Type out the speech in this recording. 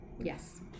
yes